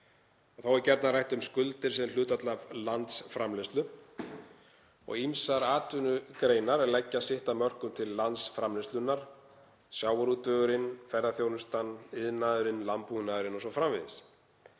Þá er gjarnan rætt um skuldir sem hlutfall af landsframleiðslu. Ýmsar atvinnugreinar leggja sitt af mörkum til landsframleiðslunnar; sjávarútvegurinn, ferðaþjónustan, iðnaðurinn, landbúnaðurinn o.s.frv.